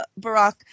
Barack